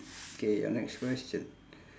K your next question